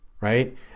right